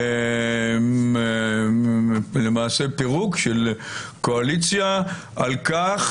למעשה פירוק של קואליציה על-כך